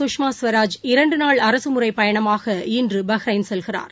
கஷ்மா ஸ்வராஜ் இரண்டு நாள் அரசு முறை பயணமாக இன்று பஹ்ரைன் செல்கிறார்